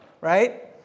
right